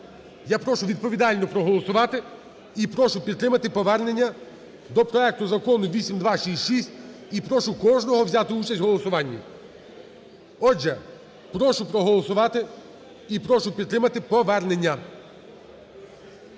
я прошу відповідально проголосувати і прошу підтримати повернення до проекту Закону 8266, і прошу кожного взяти участь у голосуванні. Отже, прошу проголосувати і прошу підтримати повернення.